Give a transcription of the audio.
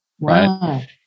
right